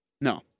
No